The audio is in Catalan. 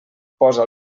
posa